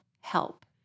help